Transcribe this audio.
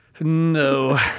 No